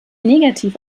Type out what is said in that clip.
negativ